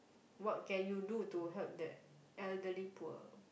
what can you do to help the elderly poor